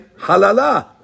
halala